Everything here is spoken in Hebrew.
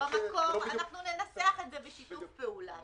שלא בדיוק --- ננסח את זה בשיתוף פעולה,